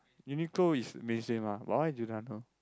Uniqlo is amazing lah but why Giordano